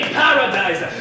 paradise